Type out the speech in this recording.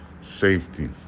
safety